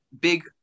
big